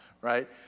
right